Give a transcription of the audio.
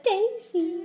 Daisy